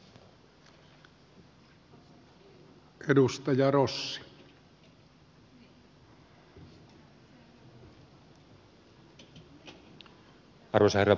arvoisa herra puhemies